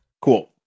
cool